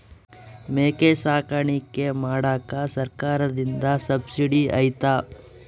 ಮೇಕೆ ಸಾಕಾಣಿಕೆ ಮಾಡಾಕ ಸರ್ಕಾರದಿಂದ ಸಬ್ಸಿಡಿ ಐತಾ?